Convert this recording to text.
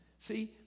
See